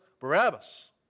Barabbas